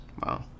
wow